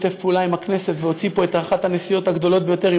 שיתף פעולה עם הכנסת והוציא פה את אחת הנסיעות הגדולות ביותר,